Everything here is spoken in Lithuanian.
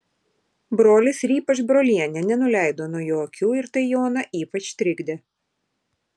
brolis ir ypač brolienė nenuleido nuo jo akių ir tai joną ypač trikdė